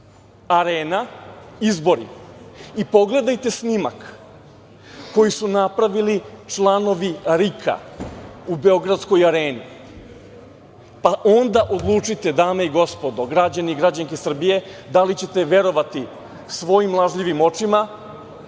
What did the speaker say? "Arena izbori" i pogledajte snimak koji su napravili članovi RIK-a u Beogradskoj areni, pa onda odlučite, dame i gospodo, građani i građanke Srbije, da li ćete verovati svojim lažljivim očima